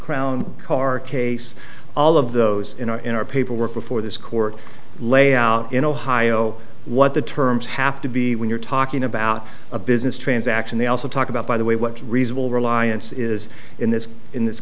crown carcase all of those in our paperwork before this court lay out in ohio what the terms have to be when you're talking about a business transaction they also talk about by the way what's reasonable really science is in this in this